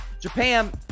Japan